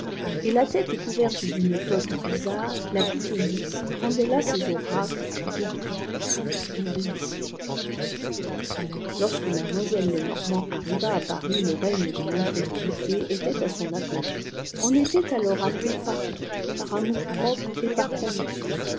et la tète couverte d ane toque bizarre la pythonisse rendait là ses oracles depuis plus d ud demi siècle lorsque mademoiselle lenormant arriva à paris le rne de r incrédulité était à son apogée on était alors athée par ton par amouipropre et par conviction